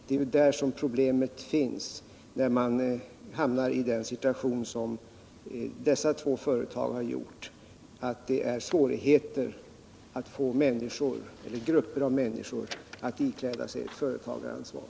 Det är ju där som problemet finns, när man hamnar i den situation som dessa två företag har Om åtgärder för att trygga sysselsättningen vid gjuterierna i. Norrtälje och Herräng hamnat i — att det är svårigheter att få människor eller grupper av människor att ikläda sig ett företagaransvar.